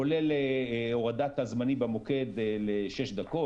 כולל הורדת הזמנים במוקד לשש דקות,